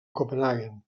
copenhaguen